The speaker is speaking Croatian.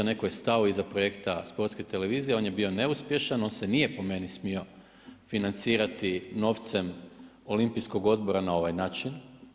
Netko je stao iza projekta Sportska televizije, on je bio neuspješan, on se nije po meni, smio financirati novcem Olimpijskog odbora na ovaj način.